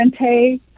Rente